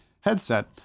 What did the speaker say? headset